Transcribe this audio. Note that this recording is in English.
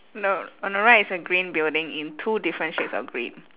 no on the right is a green building in two different shades of grey